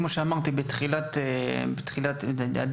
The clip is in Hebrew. כמו שאמרתי בתחילת הדיון,